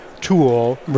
tool